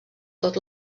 tot